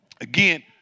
again